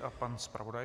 A pan zpravodaj.